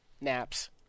naps